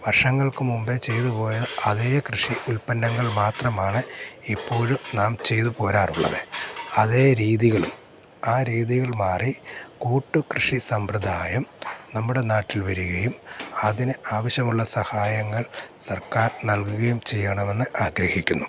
വർഷങ്ങൾക്ക് മുമ്പേ ചെയ്ത് പോയ അതേ കൃഷി ഉല്പന്നങ്ങൾ മാത്രമാണ് ഇപ്പോഴും നാം ചെയ്ത് പോരാറുള്ളത് അതേ രീതികളും ആ രീതികൾ മാറി കൂട്ട് കൃഷി സമ്പ്രദായം നമ്മുടെ നാട്ടിൽ വരുകയും അതിന് ആവശ്യമുള്ള സഹായങ്ങൾ സർക്കാർ നൽകുകയും ചെയ്യണമെന്ന് ആഗ്രഹിക്കുന്നു